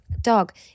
dog